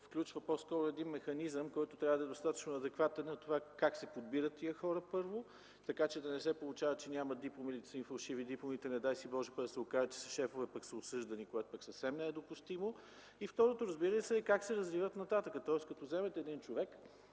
включва механизъм, който трябва да е достатъчно адекватен на това как се подбират тези хора, първо, така че да не се получава, че нямат дипломи или дипломите им са фалшиви. Не дай си Боже, да се окаже, че са шефове, пък са осъждани, което пък съвсем не е допустимо. И второто, разбира се, е как се развиват нататък. Например, като вземете един теолог